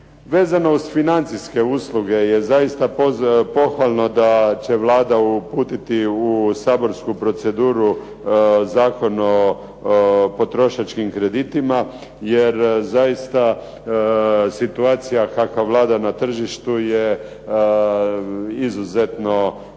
Vezano uz financijske usluge je zaista pohvalno da će Vlada uputiti u saborsku proceduru Zakon o potrošačkim kreditima jer zaista situacija kakva vlada na tržištu je izuzetno neprimjerena,